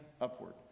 upward